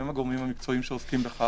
הם הגורמים המקצועיים שעוסקים בכך.